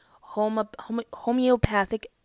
homeopathic